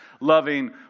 loving